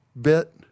bit